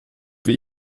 wie